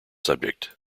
subject